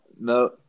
No